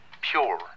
pure